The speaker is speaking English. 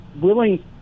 willing